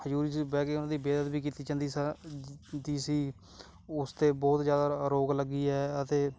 ਹਜ਼ੂਰੀ 'ਚ ਬਹਿ ਕੇ ਉਹਨਾਂ ਦੀ ਬੇਅਦਬੀ ਕੀਤੀ ਜਾਂਦੀ ਸਰ ਦੀ ਸੀ ਉਸ 'ਤੇ ਬਹੁਤ ਜ਼ਿਆਦਾ ਰੋਕ ਲੱਗੀ ਹੈ ਅਤੇ